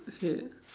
okay